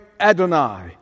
Adonai